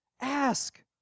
Ask